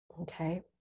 Okay